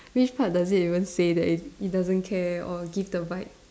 which part does it even say that it it doesn't care or give the vibe